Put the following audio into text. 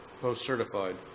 post-certified